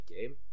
game